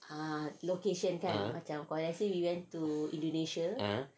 ah ah